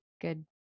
good